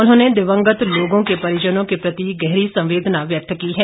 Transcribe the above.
उन्होंने दिवंगत लोगों के परिजनों के प्रति गहरी संवेदना व्यक्त की है